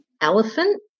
elephant